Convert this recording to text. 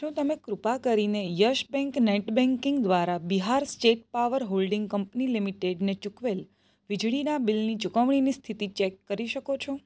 શું તમે કૃપા કરીને યશ બેંક નેટ બેંકિંગ દ્વારા Bihar state power holding company લિમિટેડને ચૂકવેલ વીજળીનાં બિલની ચુકવણીની સ્થિતિ ચેક કરી શકો છો